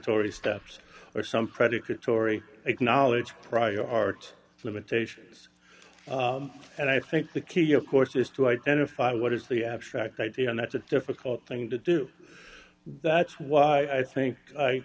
tory steps or some predicate story acknowledged prior art limitations and i think the key of course is to identify what is the abstract idea and that's a difficult thing to do that's why i think i